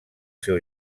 seu